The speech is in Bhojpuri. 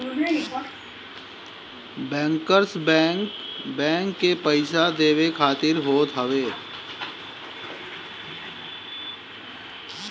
बैंकर्स बैंक, बैंक के पईसा देवे खातिर होत हवे